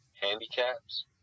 handicaps